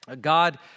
God